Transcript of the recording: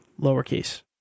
lowercase